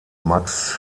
max